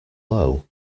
low